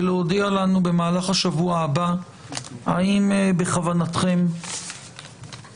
ולהודיע לנו במהלך השבוע הבא האם בכוונתכם להציע